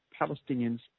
Palestinians